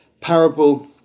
parable